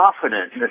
confident